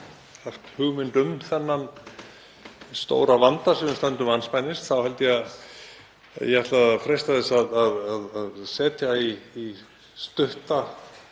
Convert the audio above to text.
hugmynd um þann stóra vanda sem við stöndum andspænis þá ætla ég að freista þess að setja í stutta